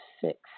six